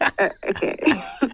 Okay